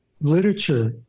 literature